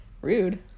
Rude